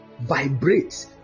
vibrates